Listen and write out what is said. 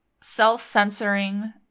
self-censoring